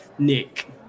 Nick